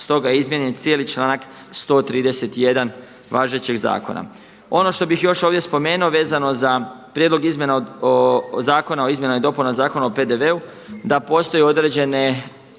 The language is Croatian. Stoga je izmijenjen cijeli članak 131. važećeg zakona. Ono što bih još ovdje spomenuo vezano za Prijedlog izmjena zakona o izmjenama i dopunama Zakona o PDV-u da postoje određeni